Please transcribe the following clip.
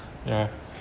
ya